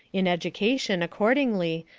in education, accordingly,